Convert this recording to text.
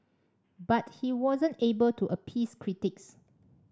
but he wasn't able to appease critics